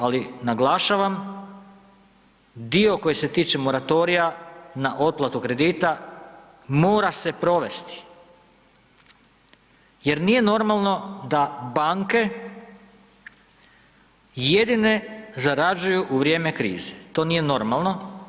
Ali naglašavam, dio koji se tiče moratorija na otplatu kredita mora se provesti jer nije normalno da banke jedine zarađuju u vrijeme krize, to nije normalno.